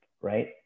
Right